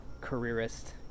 careerist